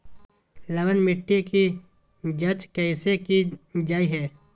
लवन मिट्टी की जच कैसे की जय है?